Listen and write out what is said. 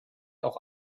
auch